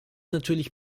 natürlich